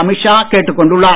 அமித்ஷா கேட்டுக் கொண்டுள்ளார்